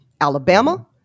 Alabama